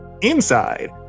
Inside